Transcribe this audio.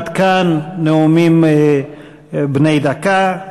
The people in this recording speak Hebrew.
עד כאן נאומים בני דקה.